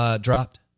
dropped